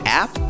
app